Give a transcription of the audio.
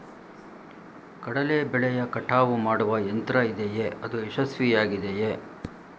ಕಡಲೆ ಬೆಳೆಯ ಕಟಾವು ಮಾಡುವ ಯಂತ್ರ ಇದೆಯೇ? ಅದು ಯಶಸ್ವಿಯಾಗಿದೆಯೇ?